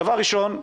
דבר ראשון,